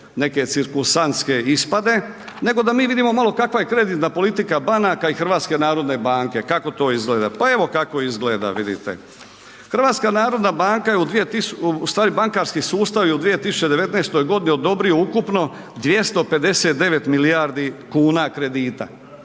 neke cirkusantske ispade, nego da mi vidimo malo kakva je kreditna politika banaka i NHB-a, kako to izgleda. Pa evo kako izgleda, vidite HNB je u, ustvari bankarski sustav je u 2019. godini odobrio ukupno 259 milijardi kuna kredita,